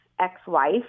ex-wife